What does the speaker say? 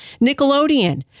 Nickelodeon